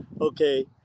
Okay